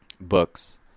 books